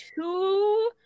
two